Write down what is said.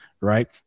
Right